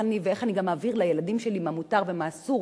ואיך אני מעבירה לילדים שלי מה מותר ומה אסור,